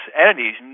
entities